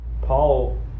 Paul